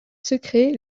secrets